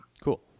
Cool